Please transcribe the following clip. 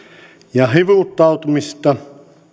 ja hivuttautumista